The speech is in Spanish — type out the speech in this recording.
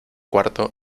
cuarto